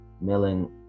milling